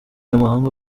n’amahanga